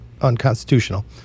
unconstitutional